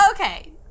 Okay